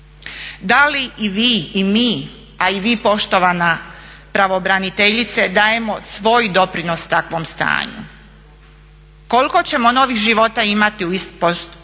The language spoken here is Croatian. Da li i vi i mi, a i vi poštovana pravobraniteljice dajemo svoj doprinos takvom stanju? Koliko ćemo novih života imati u istospolnim